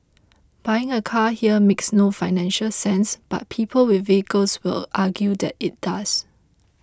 buying a car here makes no financial sense but people with vehicles will argue that it does